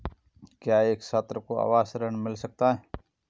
क्या एक छात्र को आवास ऋण मिल सकता है?